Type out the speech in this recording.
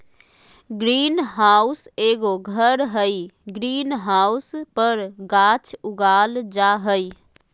green house एगो घर हइ, ग्रीन हाउस पर गाछ उगाल जा हइ